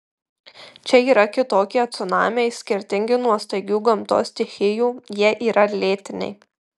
čia yra kitokie cunamiai skirtingi nuo staigių gamtos stichijų jie yra lėtiniai